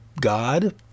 God